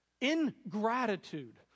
ingratitude